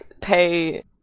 pay